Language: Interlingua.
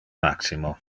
maximo